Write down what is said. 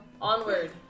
onward